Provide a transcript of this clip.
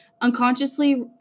unconsciously